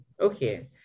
okay